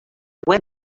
web